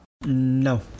No